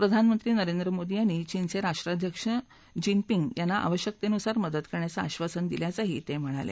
प्रधानमंत्री नरेंद्र मोदी यांनी चीनचे राष्ट्राध्यक्ष जिनपिंग यांना आवश्यकतेनुसार मदत करण्याचं आश्वासन दिल्याचंही कुमार म्हणाले